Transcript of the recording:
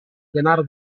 denaro